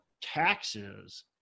taxes